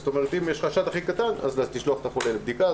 זאת אומרת שאם עולה החשד הכי קטן צריך לשלוח את החולה לבדיקה,